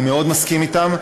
אני מאוד מסכים אתם.